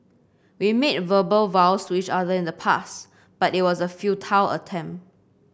we made verbal vows to each other in the past but it was a futile attempt